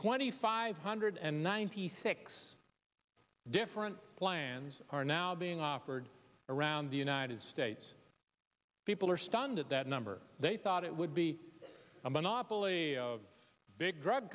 twenty five hundred and ninety six different plans are now being offered around the united states people are stunned at that number they thought it would be a monopoly of big drug